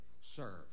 serve